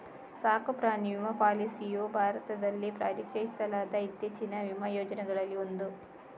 ಸಾಕು ಪ್ರಾಣಿ ವಿಮಾ ಪಾಲಿಸಿಯು ಭಾರತದಲ್ಲಿ ಪರಿಚಯಿಸಲಾದ ಇತ್ತೀಚಿನ ವಿಮಾ ಯೋಜನೆಗಳಲ್ಲಿ ಒಂದು